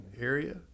area